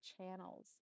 channels